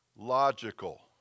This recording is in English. Logical